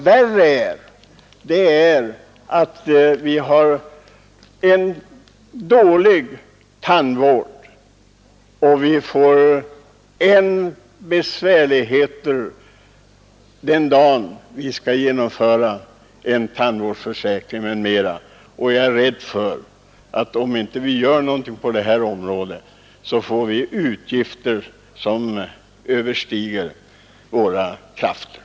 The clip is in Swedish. Värre är dock att vi har en dålig tandvård och vi får än större besvärligheter den dag vi skall genomföra en tandvårdsförsäkring. Om vi inte gör något på detta område, är jag rädd för att vi kommer att få utgifter som överstiger vår förmåga.